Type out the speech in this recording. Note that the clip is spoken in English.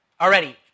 Already